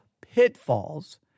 pitfalls